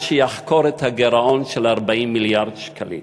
שיחקור את הגירעון של 40 מיליארד שקלים.